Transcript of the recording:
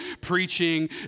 preaching